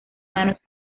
manos